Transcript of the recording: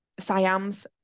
Siams